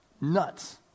Nuts